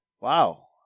Wow